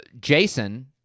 Jason